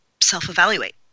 self-evaluate